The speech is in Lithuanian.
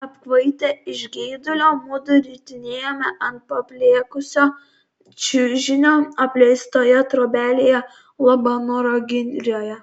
apkvaitę iš geidulio mudu ritinėjomės ant paplėkusio čiužinio apleistoje trobelėje labanoro girioje